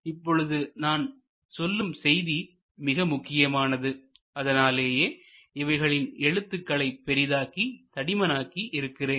இப்பொழுது நான் சொல்லும் செய்தி மிக முக்கியமானது அதனாலேயே இவைகளின் எழுத்துக்களை பெரிதாக்கி தடிமனாகி இருக்கிறேன்